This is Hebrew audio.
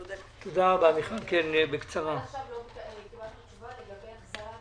עד עכשיו לא קיבלתי תשובה לגבי החזרת,